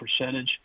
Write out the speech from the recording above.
percentage